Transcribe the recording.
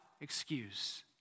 excuse